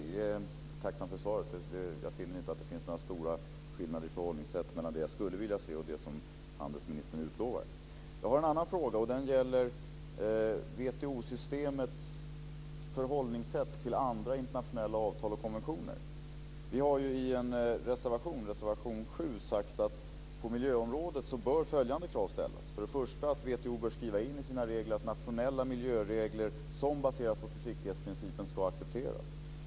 Herr talman! Jag är tacksam för svaret. Jag finner inte att det finns några stora skillnader mellan det jag skulle vilja se och det som handelsministern utlovar. Jag har en annan fråga, och den gäller WTO systemets förhållningssätt till andra internationella avtal och konventioner. Vi har i en reservation, reservation 7, sagt att på miljöområdet bör följande krav ställas: För det första att WTO bör skriva in i sina regler att nationella miljöregler som baseras på försiktighetsprincipen ska accepteras.